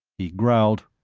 he growled,